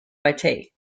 vitae